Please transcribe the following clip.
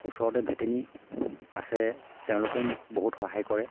ওচৰতে ভেটেনাৰী আছে তেওঁলোকে মোক বহুত সহায় কৰে